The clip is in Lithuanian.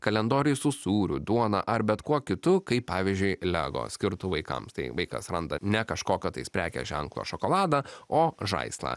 kalendoriai su sūriu duona ar bet kuo kitu kaip pavyzdžiui lego skirtu vaikams tai vaikas randa ne kažkokio tais prekės ženklo šokoladą o žaislą